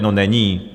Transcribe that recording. No není!